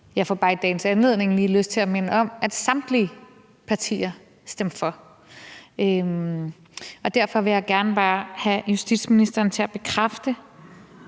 jeg bare lige i dagens anledning får lyst til at minde om at samtlige partier stemte for. Derfor vil jeg gerne bare have justitsministeren til at bekræfte